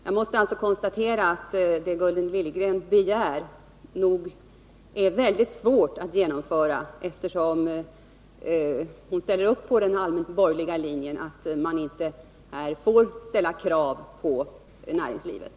Jag måste konstatera att det Gunnel Liljegren begär nog är mycket svårt att genomföra, eftersom hon ställer upp på den allmänt borgerliga linjen att man inte får ställa krav på näringslivet.